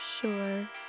sure